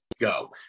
go